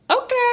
Okay